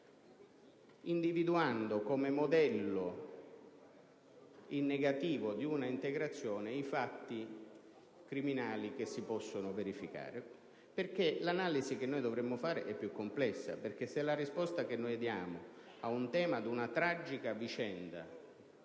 individuando come modello in negativo di un'integrazione i fatti criminali che si possono verificare. L'analisi che dovremmo fare è più complessa. Se la risposta che diamo a un tema come questo prende